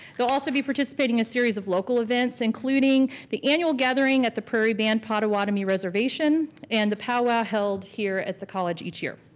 they'll also be participating in a series of local events, including the annual gathering at the prairie ban potawatomi reservation and the pow wow held here at the college each year.